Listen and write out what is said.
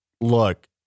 look